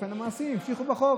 ובאופן מעשי המשיכו בחוק.